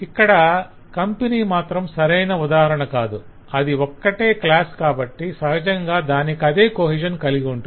ఇక్కడ కంపెనీ మాత్రం సరైన ఉదాహరణ కాదు అది ఒక్కటే క్లాస్ కాబట్టి సహజంగా దానికదే కొహెషన్ కలిగి ఉంటుంది